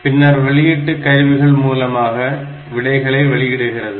பின்னர் வெளியீட்டு கருவிகள் மூலமாக விடைகள் வெளியிடப்படும்